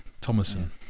Thomason